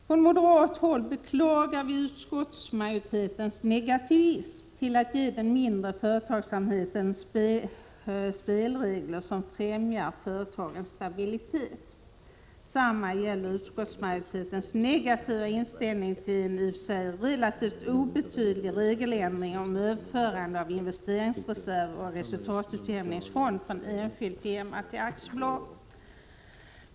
Från moderat håll beklagar vi utskottsmajoritetens negativism när det gäller att ge den mindre företagsamheten spelregler som främjar företagens stabilitet. Detsamma gäller utskottsmajoritetens negativa inställning till en i och för sig relativt obetydlig regeländring om överförande av investeringsreserv och resultatutjämningsfond från enskild firma till aktiebolag.